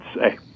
say